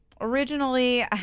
originally